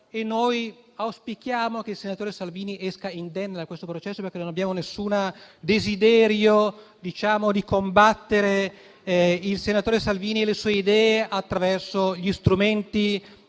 e noi auspichiamo che il senatore Salvini esca indenne da questo processo, perché non abbiamo nessun desiderio di combattere lui e le sue idee attraverso gli strumenti